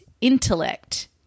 intellect